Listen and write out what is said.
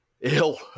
ill